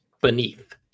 Beneath